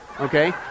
Okay